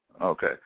Okay